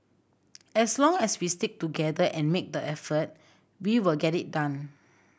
as long as we stick together and make the effort we will get it done